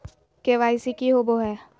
KYC की होबो है?